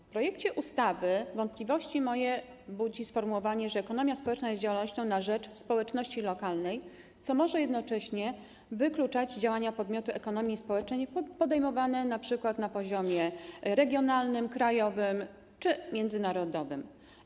W projekcie ustawy wątpliwości moje budzi sformułowanie, że ekonomia społeczna jest działalnością na rzecz społeczności lokalnej, co może jednocześnie wykluczać działania podmiotu ekonomii społecznej podejmowane np. na poziomie regionalnym, krajowym czy międzynarodowym.